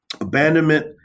abandonment